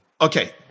Okay